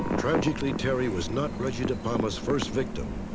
tragically, terri was not reggie depalma's first victim,